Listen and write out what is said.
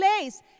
place